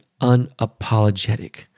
unapologetic